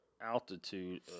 altitude